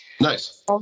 Nice